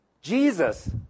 Jesus